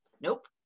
nope